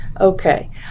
okay